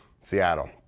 seattle